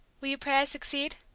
will you pray i succeed?